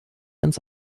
ins